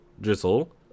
drizzle